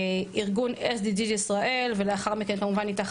ארגון SDG ישראל ולאחר מכן כמובן "איתך